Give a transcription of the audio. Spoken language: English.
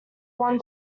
won